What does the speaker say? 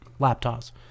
laptops